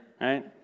right